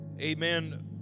Amen